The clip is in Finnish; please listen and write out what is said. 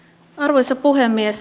arvoisa puhemies